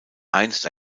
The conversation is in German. einst